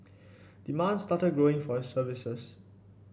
demand started growing for his services